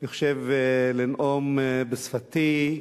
אני חושב, לנאום בשפתי.